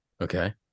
okay